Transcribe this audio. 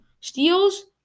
Steals